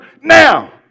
now